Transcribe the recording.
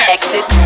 Exit